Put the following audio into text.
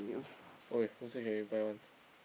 !oi! who say can reply one